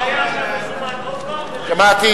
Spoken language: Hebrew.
עוד פעם,